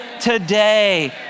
today